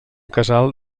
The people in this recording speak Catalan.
casal